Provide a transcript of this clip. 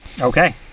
Okay